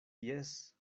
jes